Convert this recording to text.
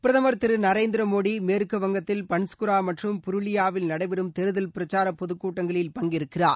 பிரதமர் திரு நரேந்திர மோடி மேற்கு வங்கத்தில் பங்க்குரா மற்றும் புருலியாவில் நடைபெறும் தேர்தல் பிரச்சார பொதுக் கூட்டங்களில் பங்கேற்கிறார்